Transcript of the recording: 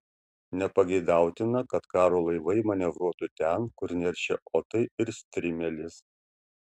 nepageidautina kad karo laivai manevruotų ten kur neršia otai ir strimelės